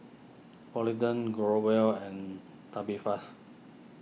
Polident Growell and Tubifast